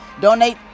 donate